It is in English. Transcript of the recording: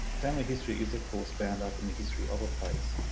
family history is of course bound up in the history of a place,